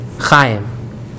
Chaim